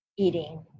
Eating